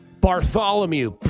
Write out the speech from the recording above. Bartholomew